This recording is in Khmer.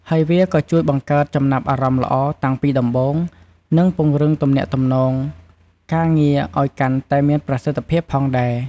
ហើយវាក៏ជួយបង្កើតចំណាប់អារម្មណ៍ល្អតាំងពីដំបូង និងពង្រឹងទំនាក់ទំនងការងារឲ្យកាន់តែមានប្រសិទ្ធភាពផងដែរ។